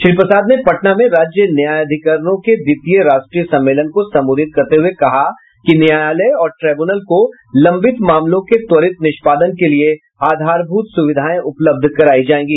श्री प्रसाद ने पटना में राज्य न्यायाधिकरणों के द्वितीय राष्ट्रीय सम्मेलन को संबोधित करते हुए कहा कि न्यायालय और ट्रिब्यूनल को लम्बित मामलों के त्वरित निष्पादन के लिए आधारभूत सुविधाएं उपलब्ध करायी जायेंगी